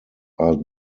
are